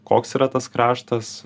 koks yra tas kraštas